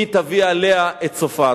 היא תביא עליה את סופה.